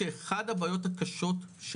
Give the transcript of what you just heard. שאחת הבעיות הקשות,